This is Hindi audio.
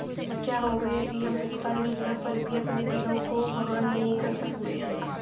क्या होगा यदि हम भुगतान योजना पर भी अपने बिलों को वहन नहीं कर सकते हैं?